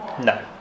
No